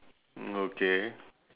okay